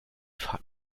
fahrt